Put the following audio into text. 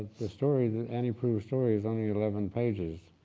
the story that annie proulx's story is only eleven pages,